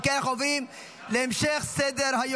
אם כן, אנחנו עוברים להמשך סדר-היום.